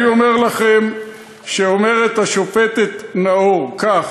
אני אומר לכם שאומרת השופטת נאור כך,